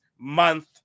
month